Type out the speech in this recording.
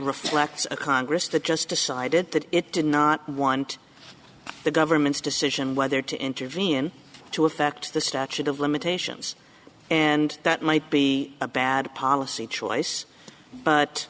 reflects a congress that just decided that it did not want the government's decision whether to intervene to affect the statute of limitations and that might be a bad policy choice